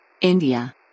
india